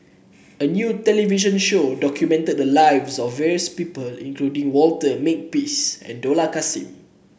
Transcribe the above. a new television show documented the lives of various people including Walter Makepeace and Dollah Kassim